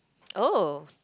oh